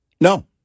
No